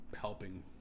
helping